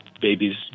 babies